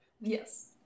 Yes